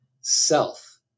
self